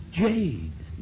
jade